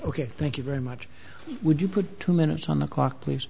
ok thank you very much would you put two minutes on the clock please